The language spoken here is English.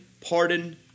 pardon